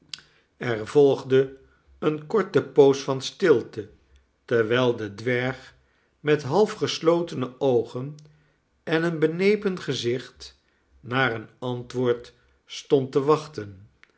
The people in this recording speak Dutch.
er volgde eene korte poos van stilte terwijl de dwerg met half geslotene oogen en een benepen gezicht naar een antwoord stond te wachten